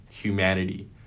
humanity